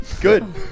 Good